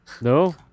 No